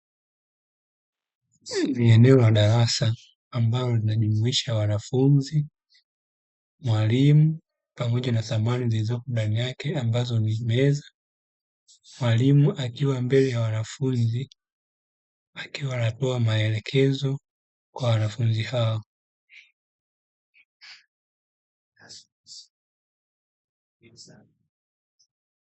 Hii ni eneo la darasa ambalo linajumuisha wanafunzi, mwalimu pamoja na samani zilizopo ndani yake ambazo ni meza. Mwalimu akiwa mbele ya wanafunzi akiwa anatoa maelekezo kwa wanafunzi hao.